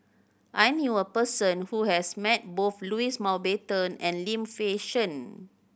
I knew a person who has met both Louis Mountbatten and Lim Fei Shen